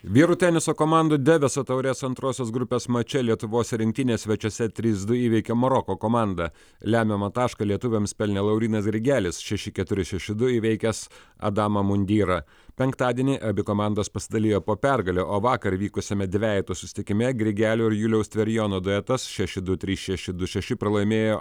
vyrų teniso komandų deviso taurės antrosios grupės mače lietuvos rinktinė svečiuose trys du įveikė maroko komandą lemiamą tašką lietuviams pelnė laurynas grigelis šeši keturi šeši du įveikęs adamą mundyrą penktadienį abi komandos pasidalijo po pergalę o vakar vykusiame dvejetų susitikime grigelio ir juliaus tverijono duetas šeši du trys šeši du šeši pralaimėjo